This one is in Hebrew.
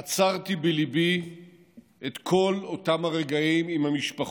אצרתי בליבי את כל אותם הרגעים עם המשפחות,